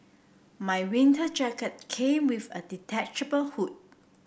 my winter jacket came with a detachable hood